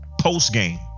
post-game